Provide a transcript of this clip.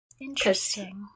Interesting